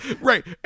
Right